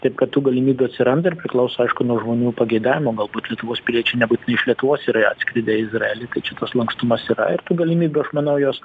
taip kad tų galimybių atsiranda ir priklauso aišku nuo žmonių pageidavimų galbūt lietuvos piliečiai nebūtinai iš lietuvos yra atskridę į izraelį tai čia tas lankstumas yra ir tų galimybių aš manau jos